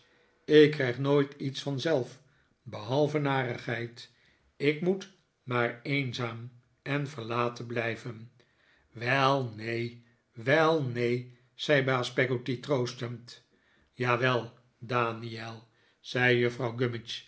ik krijg nooit iets vanzelf behalve narigheid ik moet maar eenzaam en verlaten blijven wel neen wel neen zei baas peggotty troostend jawel daniel zei juffrouw